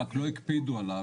רק לא הקפידו עליו.